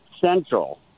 Central